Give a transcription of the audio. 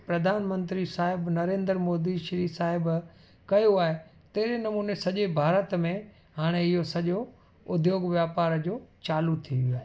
प्रधान मंत्री साहिबु नरेन्द्र मोदी श्री साहिबु कयो आहे तहिड़े नमूने सॼे भारत में हाणे इहो सॼो उद्योग वापार जो चालू थी वियो आहे